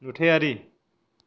नुथायारि